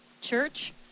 church